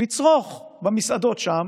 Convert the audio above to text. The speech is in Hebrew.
לצרוך במסעדות שם,